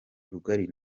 rugari